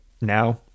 now